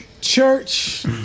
Church